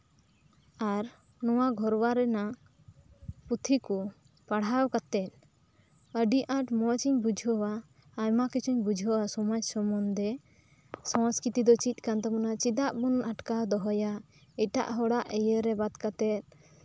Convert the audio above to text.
ᱟᱨ ᱱᱚᱶᱟ ᱜᱷᱳᱨᱳᱣᱟ ᱨᱮᱭᱟᱜ ᱯᱩᱛᱷᱤ ᱠᱚ ᱯᱟᱲᱦᱟᱣ ᱠᱟᱛᱮᱫ ᱟᱹᱰᱤ ᱟᱸᱴ ᱢᱚᱸᱡᱽ ᱤᱧ ᱵᱩᱡᱷᱟᱹᱣᱟ ᱟᱭᱢᱟ ᱠᱤᱪᱷᱩᱧ ᱵᱩᱡᱷᱟᱹᱣᱟ ᱥᱚᱢᱟᱡ ᱥᱚᱢᱚᱱᱫᱷᱮ ᱥᱚᱥᱠᱨᱤᱛᱤ ᱫᱚ ᱪᱮᱫ ᱠᱟᱱ ᱛᱟᱵᱳᱱᱟ ᱪᱮᱫᱟᱜ ᱵᱚᱱ ᱟᱴᱠᱟᱣ ᱫᱚᱦᱚᱭᱟ ᱮᱴᱟᱜ ᱦᱚᱲᱟᱜ ᱤᱭᱟᱹᱨᱮ ᱵᱟᱫ ᱠᱟᱛᱮᱫ